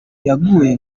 yaguye